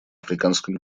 африканском